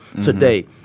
today